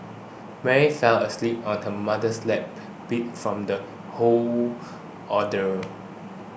Mary fell asleep on her mother's lap beat from the whole ordeal